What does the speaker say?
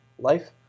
life